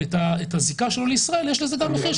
את הזיקה שלו לישראל יש לזה גם מחיר,